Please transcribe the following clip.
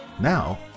Now